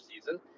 season